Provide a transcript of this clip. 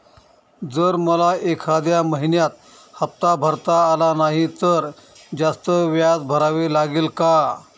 जर मला एखाद्या महिन्यात हफ्ता भरता आला नाही तर जास्त व्याज भरावे लागेल का?